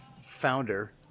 founder